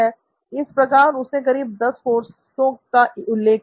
" इस प्रकार उसने करीब 10 कोर्स का उल्लेख किया